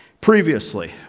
previously